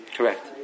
Correct